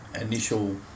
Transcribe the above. initial